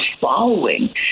following